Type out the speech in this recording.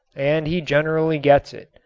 and he generally gets it,